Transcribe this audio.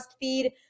feed